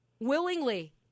Willingly